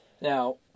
now